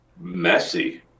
messy